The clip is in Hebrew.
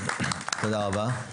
תודה רבה.